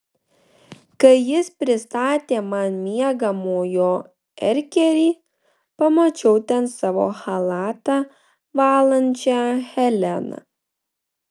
kai jis pristatė man miegamojo erkerį pamačiau ten savo chalatą valančią heleną